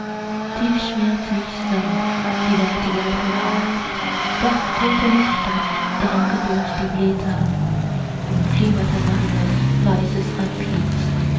sterbeseufzer tiefschmerzlich sang die nachtigall herab doch rote lichter drangen durch die blätter umflimmerten marias weißes antlitz